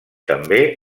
també